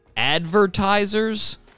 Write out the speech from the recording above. advertisers